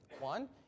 one